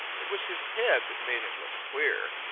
it was his head that made him look queer.